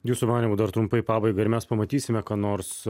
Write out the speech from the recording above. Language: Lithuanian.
jūsų manymu dar trumpai pabaigai ar mes pamatysime ką nors